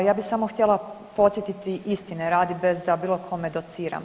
Ja bih samo htjela podsjetiti istine radi bez da bilo kome dociram.